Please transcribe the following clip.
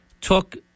took